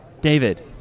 David